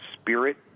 spirit